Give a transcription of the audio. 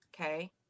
okay